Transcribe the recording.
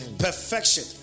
Perfection